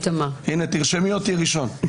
תרשמי אותי ראשון.